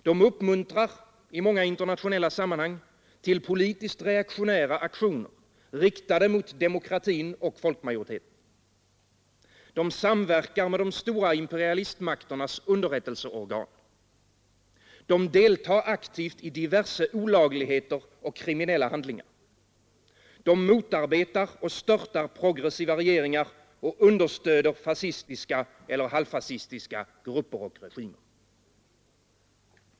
De uppmuntrar i många internationella sammanhang till politiskt reaktionära aktioner, riktade mot demokratin och folkmajoriteten. De samverkar med de stora imperialistmakternas underrättelseorgan. De deltar aktivt i diverse olagligheter och kriminella handlingar. De motarbetar och störtar progressiva regeringar, understöder fascistiska eller halvfascistiska grupper och regimer.